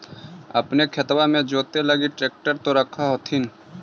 अपने खेतबा मे जोते लगी ट्रेक्टर तो रख होथिन?